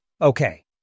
Okay